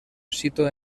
sito